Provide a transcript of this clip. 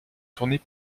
tournées